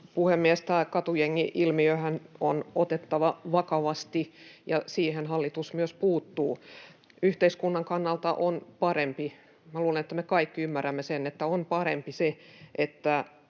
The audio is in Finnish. puhemies! Tämä katujengi-ilmiöhän on otettava vakavasti, ja siihen hallitus myös puuttuu. Yhteiskunnan kannalta on parempi — luulen, että me kaikki ymmärrämme, että on parempi — ja